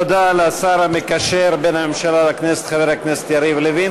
תודה לשר המקשר בין הממשלה לכנסת חבר הכנסת יריב לוין.